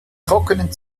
trockenen